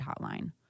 hotline